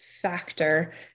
factor